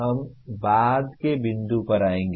हम बाद के बिंदु पर आएंगे